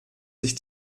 sich